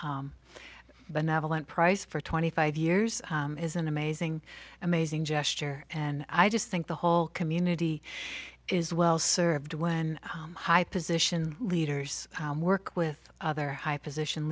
benevolent price for twenty five years is an amazing amazing gesture and i just think the whole community is well served when high position leaders work with other high position